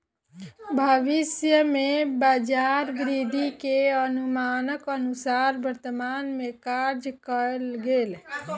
भविष्य में बजार वृद्धि के अनुमानक अनुसार वर्तमान में कार्य कएल गेल